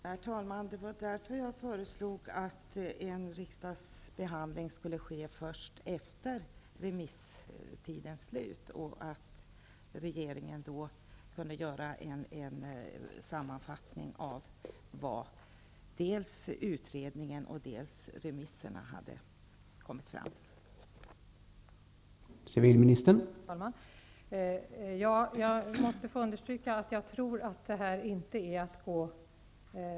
Herr talman! Det var därför jag föreslog att en riksdagsbehandling skulle ske först efter remisstidens slut och att regeringen då kunde göra en sammanfattning av vad dels utredningen, dels remissinstanserna hade kommit fram till.